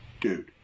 Dude